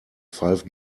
five